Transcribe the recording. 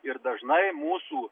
ir dažnai mūsų